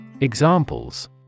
Examples